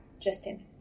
Justin